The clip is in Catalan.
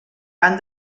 han